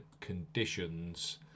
conditions